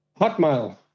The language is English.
hotmail